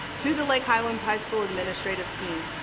to the lake highlands high school administrative team.